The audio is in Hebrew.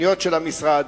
תוכניות של המשרד.